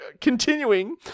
Continuing